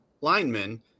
linemen